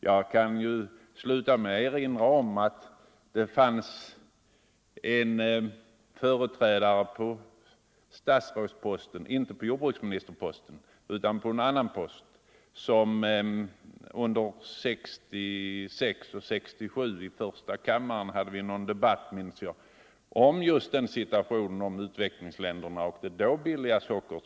Jag vill sluta med att erinra om vad en av herr Lundkvists företrädare på statsrådsposten — dock inte på jordbruksministerposten — sade under en debatt i första kammaren 1966 eller 1967. Vi talade då om utvecklingsländernas situation och om det billiga sockerpriset.